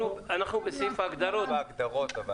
אנחנו בסעיף ההגדרות.